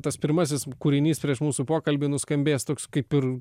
tas pirmasis kūrinys prieš mūsų pokalbį nuskambėjęs toks kaip ir